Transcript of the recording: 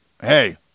Hey